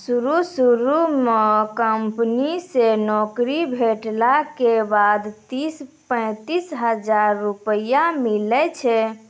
शुरू शुरू म कंपनी से नौकरी भेटला के बाद तीस पैंतीस हजार रुपिया मिलै छै